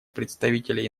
представителя